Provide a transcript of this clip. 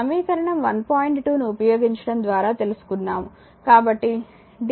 2 ను ఉపయోగించడం ద్వారా తెలుసుకున్నాము